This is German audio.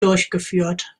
durchgeführt